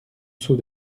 seau